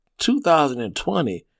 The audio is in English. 2020